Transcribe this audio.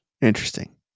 Interesting